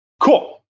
cool